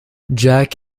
jack